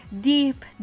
deep